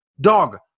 dog